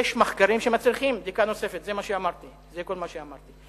יש מחקרים שמצריכים בדיקה נוספת, זה כל מה שאמרתי.